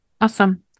awesome